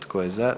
Tko je za?